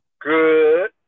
Good